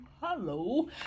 hello